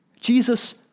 Jesus